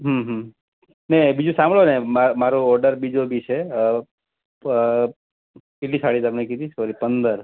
હં હં ને બીજું સાંભળો ને માર મારો ઓર્ડર બીજો બી છે કેટલી સાડી તમને કીધી સોરી પંદર